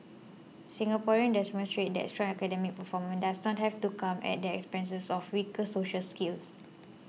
Singapore demonstrates that strong academic performance does not have to come at the expenses of weaker social skills